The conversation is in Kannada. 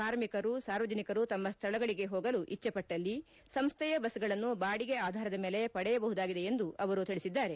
ಕಾರ್ಮಿಕರು ಸಾರ್ವಜನಿಕರು ತಮ್ಮ ಶ್ವಳಗಳಗೆ ಹೋಗಲು ಇಚ್ಛೆಪಟ್ಟಲ್ಲಿ ಸಂಸ್ಥೆಯ ಬಸ್ಗಳನ್ನು ಬಾಡಿಗೆ ಆಧಾರದ ಮೇಲೆ ಪಡೆಯಬಹುದಾಗಿದೆ ಎಂದು ಅವರು ತಿಳಿಸಿದ್ದಾರೆ